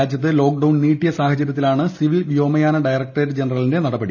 രാജ്യത്ത് ലോക്ഡൌൺ നീട്ടിയ സാഹചരൃത്തിലാണ് സിവിൽ വ്യോമയാന ഡയറക്ടറേറ്റ് ജനറലിന്റെ നടപടി